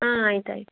ಹಾಂ ಆಯ್ತು ಆಯಿತು